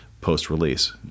post-release